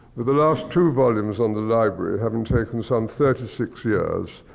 with the last two volumes on the library having taken some thirty six years,